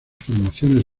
formaciones